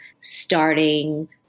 starting